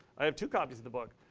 i have two copies of the book.